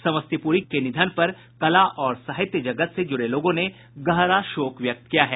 समस्तीपुरी के निधन पर कला और साहित्य जगत से जुड़े लोगों ने गहरा शोक व्यक्त किया है